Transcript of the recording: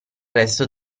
resto